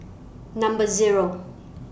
Number Zero